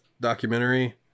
documentary